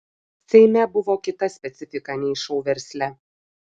seime buvo kita specifika nei šou versle